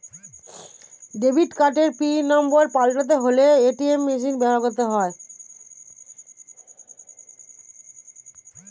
debit কার্ডের pin number পাল্টাতে হলে এ.টি.এম মেশিন ব্যবহার করতে হয়